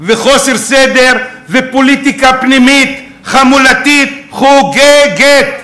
וחוסר סדר ופוליטיקה פנימית חמולתית חוגגת.